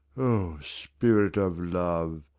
o spirit of love,